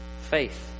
Faith